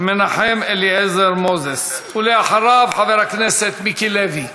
מנחם אליעזר מוזס, ואחריו, חבר הכנסת מיקי לוי.